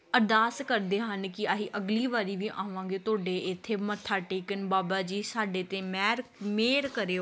ਅਰਦਾਸ ਕਰਦੇ ਹਨ ਕਿ ਅਸੀਂ ਅਗਲੀ ਵਾਰੀ ਵੀ ਆਵਾਂਗੇ ਤੁਹਾਡੇ ਇੱਥੇ ਮੱਥਾ ਟੇਕਣ ਬਾਬਾ ਜੀ ਸਾਡੇ 'ਤੇ ਮਿਹਰ ਮਿਹਰ ਕਰਿਓ